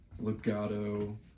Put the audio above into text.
legato